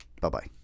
Bye-bye